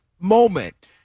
moment